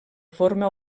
forma